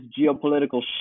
geopolitical